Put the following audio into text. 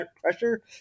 pressure